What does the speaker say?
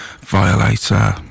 Violator